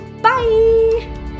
Bye